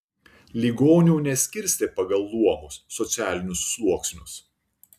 ligonių neskirstė pagal luomus socialinius sluoksnius